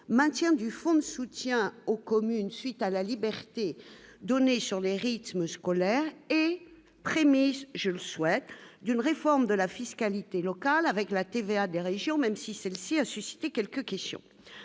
maintien du fonds de soutien aux communes, suite à la liberté donnée sur les rythmes scolaires et mais je le souhaite, d'une réforme de la fiscalité locale avec la TVA des régions, même si celle-ci a suscité quelques questions